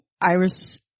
Iris